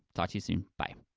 talk to you soon, bye.